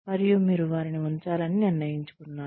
మరియు మీరు వారిని ఉంచాలని నిర్ణయించుకున్నారు